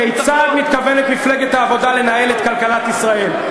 כיצד מתכוונת מפלגת העבודה לנהל את כלכלת ישראל.